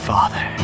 Father